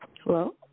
Hello